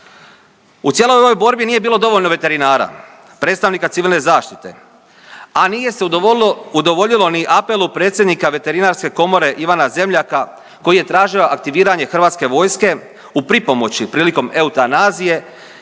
U cijeloj ovoj borbi nije bilo dovoljno veterinara, predstavnika civilne zaštite, a nije se udovoljilo ni apelu predsjednika Veterinarske komore Ivana Zemljaka koji je tražio aktiviranje hrvatske vojske u pripomoći prilikom eutanazije